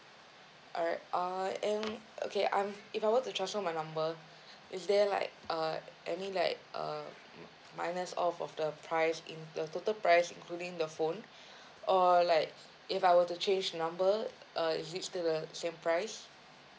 alright uh and okay um if I want to transfer my number is there like uh any like uh minus off of the price in the total price including the phone uh like if I were to change number uh is it still the same price